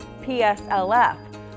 PSLF